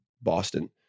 boston